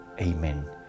Amen